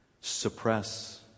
suppress